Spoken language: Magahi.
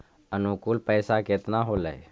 अनुकुल पैसा केतना होलय